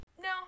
No